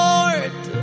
Lord